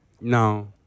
No